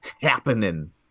happening